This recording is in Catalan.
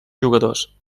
jugadors